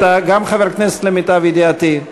גם אתה חבר כנסת למיטב ידיעתי.